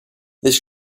this